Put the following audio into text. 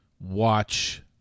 watch